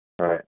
Right